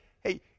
hey